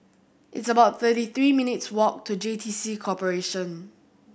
it's about thirty three minutes' walk to J T C Corporation